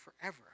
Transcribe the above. forever